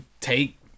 take